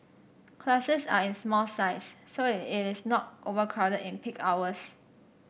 classes are in small size so it is not overcrowded in peak hours